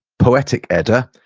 poetic edda,